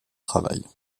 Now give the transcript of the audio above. travail